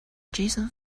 json